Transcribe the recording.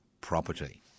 property